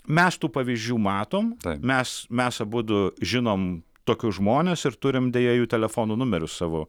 mes tų pavyzdžių matom mes mes abudu žinom tokius žmones ir turim deja jų telefonų numerius savo